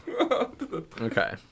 okay